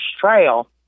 trail